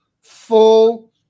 full